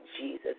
Jesus